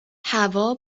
هوا